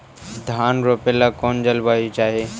धान रोप ला कौन जलवायु चाही?